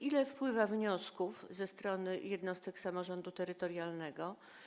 Ile wpływa wniosków ze strony jednostek samorządu terytorialnego?